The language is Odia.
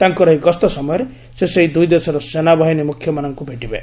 ତାଙ୍କର ଏହି ଗସ୍ତ ସମୟରେ ସେ ସେହି ଦୁଇ ଦେଶର ସେନାବାହିନୀ ମୁଖ୍ୟମାନଙ୍କୁ ଭେଟିବେ